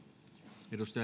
arvoisa